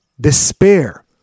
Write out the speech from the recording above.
Despair